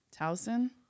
Towson